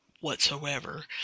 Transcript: whatsoever